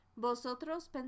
Vosotros